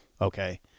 Okay